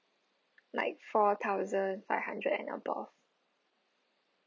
like four thousand five hundred and above